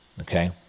okay